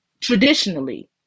Traditionally